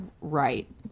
right